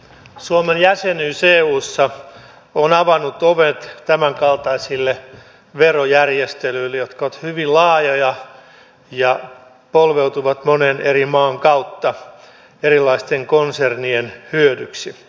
suomen jäsenyys eussa on avannut ovet tämänkaltaisille verojärjestelyille jotka ovat hyvin laajoja ja polveutuvat monen eri maan kautta erilaisten konsernien hyödyksi